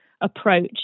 approach